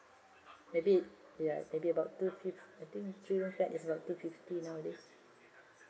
maybe ya maybe about two three I think three room flat is about two fifty nowadays